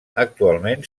actualment